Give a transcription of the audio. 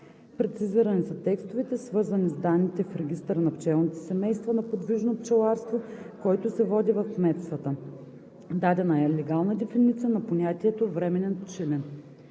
Прецизирани са текстовете, свързани с данните в регистъра на пчелните семейства на подвижно пчеларство, който се води в кметствата. Дадена е легална дефиниция на понятието „временен пчелин“.